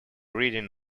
reading